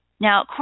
Now